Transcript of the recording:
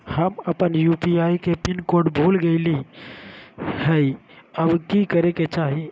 हम अपन यू.पी.आई के पिन कोड भूल गेलिये हई, अब की करे के चाही?